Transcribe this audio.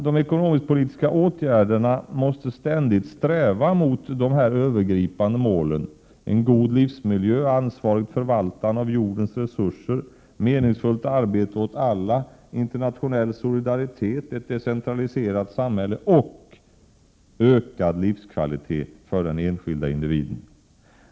De ekonomisk-politiska åtgärderna måste därför hela tiden sträva mot de övergripande målen: en god livsmiljö, ansvarigt förvaltande av jordens resurser, meningsfullt arbete åt alla, internationell solidaritet, ett decentraliserat samhälle och ökad livskvalitet för den enskilde individen.